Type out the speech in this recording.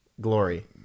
Glory